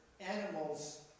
animals